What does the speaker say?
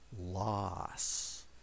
loss